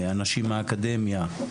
אנשים מהאקדמיה,